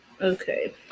Okay